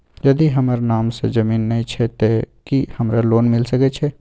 यदि हमर नाम से ज़मीन नय छै ते की हमरा लोन मिल सके छै?